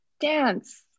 dance